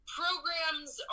programs